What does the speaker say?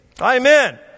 Amen